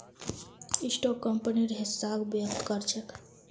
stock कंपनीर हिस्साक व्यक्त कर छेक